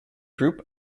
group